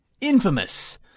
Infamous